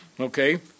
Okay